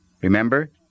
Remember